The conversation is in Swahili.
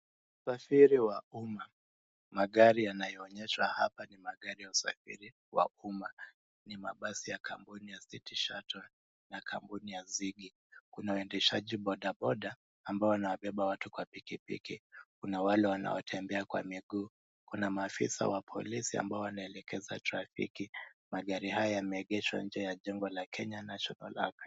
Usafiri wa umma, magari yanaoonyeshwa hapa ni magari ya usafiri wa uuma. Ni mabasi ya kampuni za City Shuttle na kamuni ya Ziggy. Kuna uaendeshaji bodaboda ambao wanaobeba watu kwa pikipiki, kuna wale wanaotembea kwa miguu. Kuna maafisa wa polisi ambao wanaelekeza trafiki. Magari haya yameegeshwa nje ya jengo la Kenya National Archives.